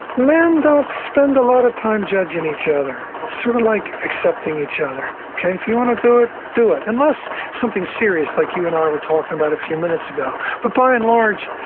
men don't spend a lot of time judging each other. it's sort of like accepting each other. if you want to do it, do it, unless something serious like you and i were talking about a few minutes ago. but by and large,